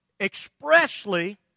expressly